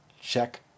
check